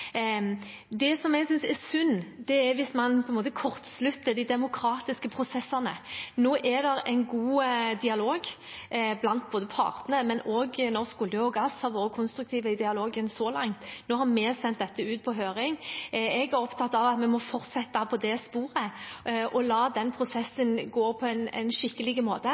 Det som jeg synes er synd, er hvis man på en måte kortslutter de demokratiske prosessene. Nå er det en god dialog blant partene, men også Norsk olje og gass har vært konstruktiv i dialogen så langt. Nå har vi sendt dette ut på høring. Jeg er opptatt av at vi må fortsette på det sporet og la den prosessen gå på en skikkelig måte.